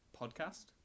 podcast